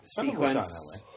sequence